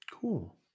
Cool